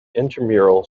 intramural